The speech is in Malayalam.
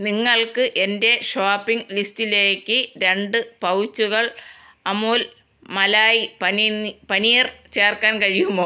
നിങ്ങൾക്ക് എന്റെ ഷോപ്പിംഗ് ലിസ്റ്റിലേക്ക് രണ്ട് പൗച്ചുകൾ അമൂൽ മലായ് പനിനീ പനീർ ചേർക്കാൻ കഴിയുമോ